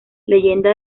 leyenda